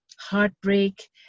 heartbreak